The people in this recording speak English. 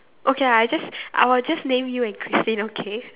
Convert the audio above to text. okay I just I will just name you and Christine okay